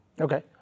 Okay